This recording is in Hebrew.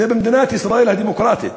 זה במדינת ישראל הדמוקרטית.